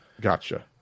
Gotcha